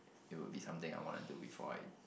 it would be sometime I want to do before I